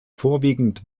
vorwiegend